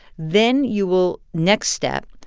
then you will next step,